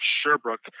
Sherbrooke